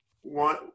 One